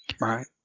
Right